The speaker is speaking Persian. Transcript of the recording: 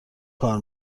کار